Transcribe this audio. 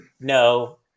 no